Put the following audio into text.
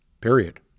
period